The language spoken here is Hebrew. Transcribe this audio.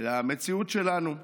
למציאות שלנו.